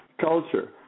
culture